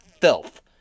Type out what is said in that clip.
filth